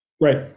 Right